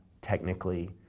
technically